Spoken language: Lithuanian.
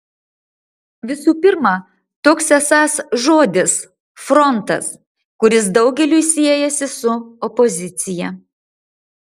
visų pirma toks esąs žodis frontas kuris daugeliui siejasi su opozicija